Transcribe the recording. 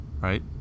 right